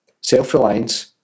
Self-reliance